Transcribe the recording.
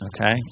okay